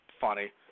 funny